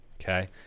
Okay